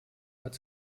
hat